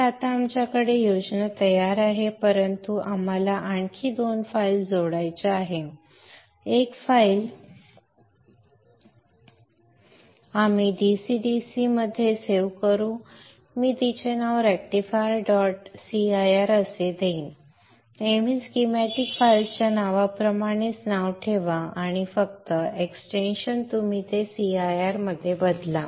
तर आता आमच्याकडे योजना तयार आहे परंतु आम्हाला आणखी 2 फाइल्स जोडायच्या आहेत 1 फाईल आपण DC DC मध्ये सेव्ह करू मी तिचे नाव रेक्टिफायर डॉट cir असे देईन नेहमी स्कीमॅटिक फाईलच्या नावाप्रमाणेच नाव ठेवा आणि फक्त एक्सटेन्शन तुम्ही ते cir मध्ये बदला